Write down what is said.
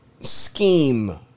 scheme